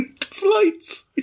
Flights